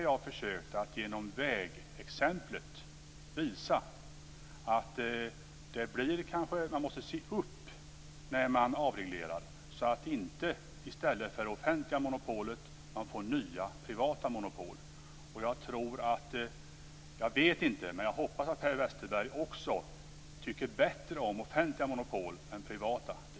Jag försökte genom mitt exempel med Vägverket visa att man måste se upp vid avreglering, så att man inte får nya privata monopol i stället för offentliga. Jag hoppas att Per Westerberg också tycker bättre om offentliga monopol än privata dito.